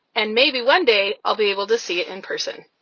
and maybe one day i'll be able to see it in person